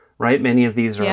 right? many of these are. yeah.